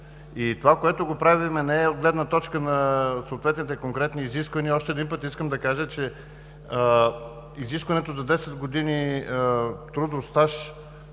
и това, което правим, не е от гледна точка на съответните конкретни изисквания. Още един път искам да кажа, че изискването за 10 години трудов стаж